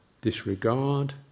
disregard